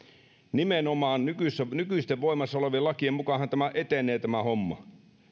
nimenomaan nykyisten nykyisten voimassa olevien lakien mukaanhan tämä homma etenee